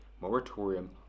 moratorium